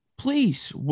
Please